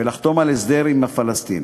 ולחתום על הסדר עם הפלסטינים.